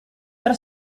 tre